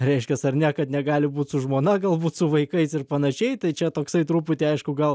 reiškias ar ne kad negali būt su žmona galbūt su vaikais ir panašiai tai čia toksai truputį aišku gal